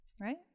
Right